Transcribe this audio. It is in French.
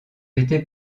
été